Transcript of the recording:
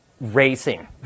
racing